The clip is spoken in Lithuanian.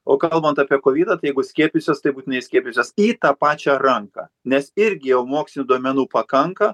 o kalbant apie kovidą tai jeigu skiepysiuos tai būtinai skiepysiuos į tą pačią ranką nes irgi jau mokslinių duomenų pakanka